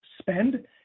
spend